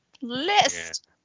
list